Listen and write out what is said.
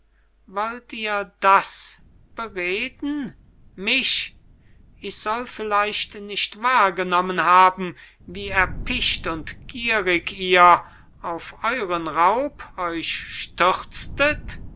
wollt ihr das bereden mich ich soll vielleicht nicht wahrgenommen haben wie erpicht und gierig ihr auf euren raub euch stürztet